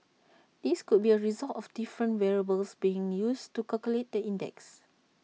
this could be A result of different variables being used to calculate the index